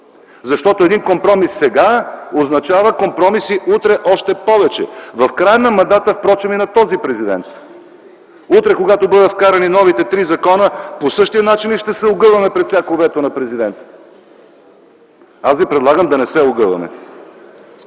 защото един компромис сега означава компромис и утре още повече, в края на мандата впрочем и на този президент. Утре, когато бъдат вкарани новите три закона, по същия начин ли ще се огъваме пред всяко вето на президента? Аз ви предлагам да не се огъваме.